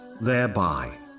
thereby